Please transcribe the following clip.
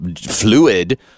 fluid